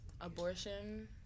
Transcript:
abortion